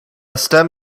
stem